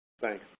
thanks